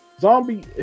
zombie